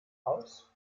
aus